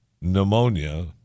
pneumonia